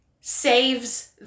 saves